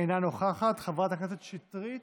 אינה נוכחת, חברת הכנסת שטרית,